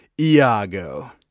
Iago